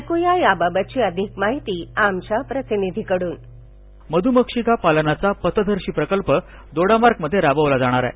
ऐक्या याबाबतची अधिक माहिती आमच्या प्रतिनिधीकडून मधूमक्षिका पालनाचा पथदर्शी प्रकल्प दोडामार्ग मध्ये राबवला जाणार आहे